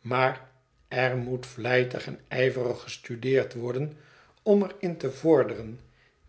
maar er moet vlijtig on ijverig gestudeerd worden om er in te vorderen